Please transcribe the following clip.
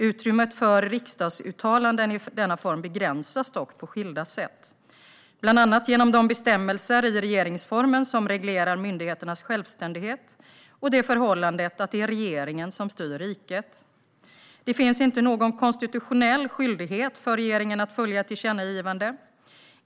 Utrymmet för riksdagsuttalanden i denna form begränsas dock på skilda sätt, bland annat genom de bestämmelser i regeringsformen som reglerar myndigheternas självständighet och det förhållandet att det är regeringen som styr riket. Det finns inte någon konstitutionell skyldighet för regeringen att följa ett tillkännagivande.